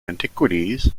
antiquities